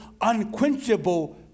unquenchable